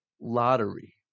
lottery